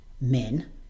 men